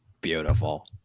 Beautiful